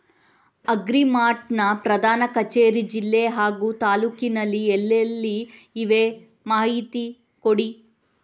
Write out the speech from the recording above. Agri mart ನ ಪ್ರಧಾನ ಕಚೇರಿ ಜಿಲ್ಲೆ ಹಾಗೂ ತಾಲೂಕಿನಲ್ಲಿ ಎಲ್ಲೆಲ್ಲಿ ಇವೆ ಮಾಹಿತಿ ಕೊಡಿ?